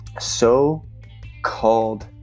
so-called